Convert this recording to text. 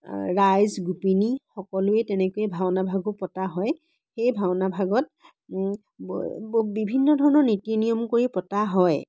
ৰাইজ গোপিনী সকলোৱে তেনেকৈয়ে ভাওনা ভাগো পতা হয় সেই ভাওনা ভাগত বিভিন্ন ধৰণৰ নীতি নিয়ম কৰি পতা হয়